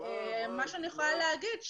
מה שאני יכולה להגיד,